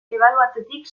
ebaluatzetik